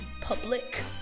public